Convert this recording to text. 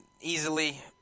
easily –